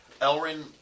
Elrin